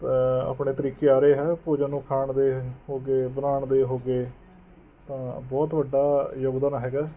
ਆਪਣੇ ਤਰੀਕੇ ਆ ਰਹੇ ਹੈ ਭੋਜਨ ਨੂੰ ਖਾਣ ਦੇ ਹੋ ਗਏ ਬਣਾਉਣ ਦੇ ਹੋ ਗਏ ਤਾਂ ਬਹੁਤ ਵੱਡਾ ਯੋਗਦਾਨ ਹੈਗਾ